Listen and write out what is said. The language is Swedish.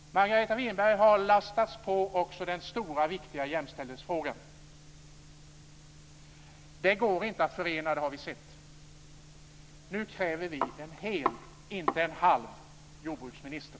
Margareta Winberg har lastats på också den stora, viktiga jämställdhetsfrågan. Det går inte att förena dessa båda uppdrag, det har vi sett. Nu kräver vi en hel, inte en halv, jordbruksminister.